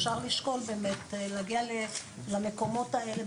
אפשר לשקול באמת להגיע למקומות האלה,